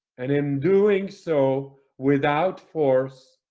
and in doing so without force